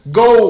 go